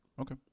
okay